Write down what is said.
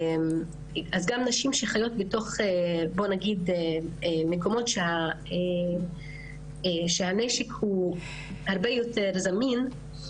אז גם נשים שחיות בתוך מקומות שהנשק הוא הרבה יותר זמין,